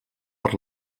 per